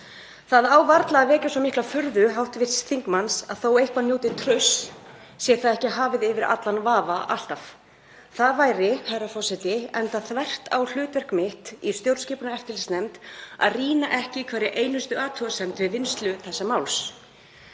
Það á varla að vekja mikla furðu hv. þingmanns að þótt eitthvað njóti trausts sé það ekki alltaf hafið yfir allan vafa. Það væri, herra forseti, enda þvert á hlutverk mitt í stjórnskipunar- og eftirlitsnefnd að rýna ekki í hverja einustu athugasemd við vinnslu þessa máls.